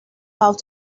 out